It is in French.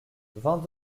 vingt